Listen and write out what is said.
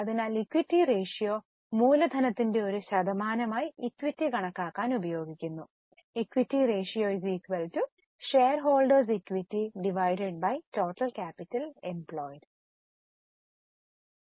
അതിനാൽ equity ratio മൂലധനത്തിന്റെ ഒരു ശതമാനമായി ഇക്വിറ്റി കണക്കാക്കാൻ ഉപയോഗിക്കുന്നു ഇക്വിറ്റി റേഷ്യോ ഷെയർഹോൾഡേഴ്സ് ഇക്വിറ്റിടോട്ടൽക്യാപിറ്റൽഎംപ്ലോയ്ഡ്